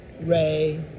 Ray